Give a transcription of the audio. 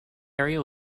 area